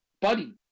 buddy